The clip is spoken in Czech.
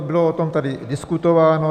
Bylo o tom tady diskutováno.